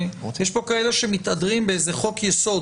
יש פה כאלה שמתהדרים באיזה חוק יסוד